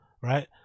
right